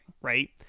right